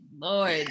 Lord